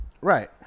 Right